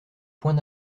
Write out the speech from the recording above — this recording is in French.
point